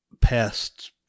past